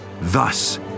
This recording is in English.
Thus